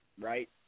Right